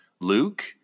Luke